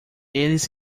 eles